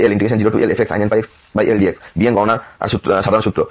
সুতরাংbn2L0Lfxsin nπxL dx bn গণনার সাধারণ সূত্র